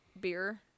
beer